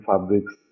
fabrics